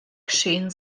geschehen